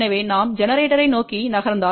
எனவே நாம் ஜெனரேட்டரை நோக்கி நகர்ந்தால் j 1